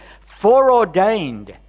foreordained